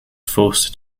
forced